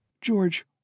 George